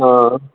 हां